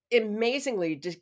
amazingly